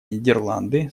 нидерланды